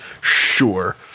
Sure